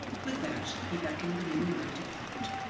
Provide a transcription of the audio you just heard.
with that, he beckoned the new knight apart,